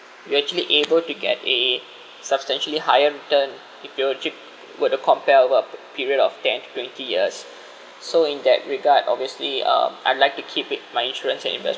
you actually able to get a substantially higher than if you were actually were to compare of a p~ period of ten to twenty years so in that regard obviously um I'd like to keep it my insurance and investment